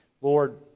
Lord